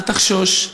אל תחשוש,